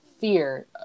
fear